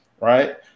right